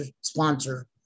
sponsor